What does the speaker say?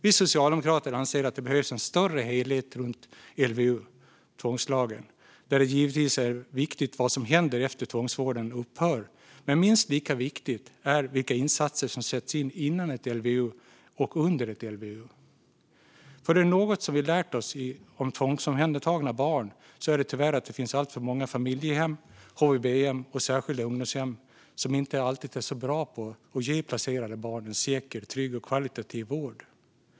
Vi socialdemokrater anser att det behövs en större helhet runt LVU, tvångslagen. Det är givetvis viktigt vad som händer efter att tvångsvården upphör. Men det är minst lika viktigt vilka insatser som sätts in före ett LVU och under ett LVU, för är det något vi lärt oss om tvångsomhändertagna barn är det tyvärr att det finns alltför många familjehem, HVB-hem och särskilda ungdomshem som inte alltid är så bra på att ge placerade barn en säker, trygg och högkvalitativ vård.